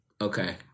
Okay